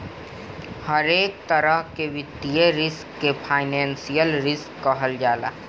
हरेक तरह के वित्तीय रिस्क के फाइनेंशियल रिस्क कहल जाला